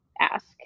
ask